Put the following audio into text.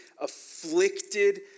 afflicted